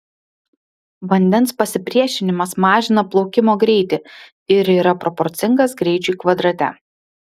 vandens pasipriešinimas mažina plaukimo greitį ir yra proporcingas greičiui kvadrate